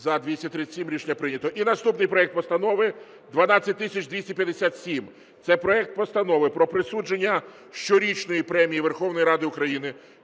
За-237 Рішення прийнято. І наступний проект Постанови 12257. Це проект Постанови про присудження щорічної Премії Верховної Ради України